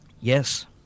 Yes